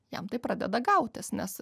jam tai pradeda gautis nes